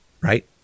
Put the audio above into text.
Right